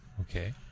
Okay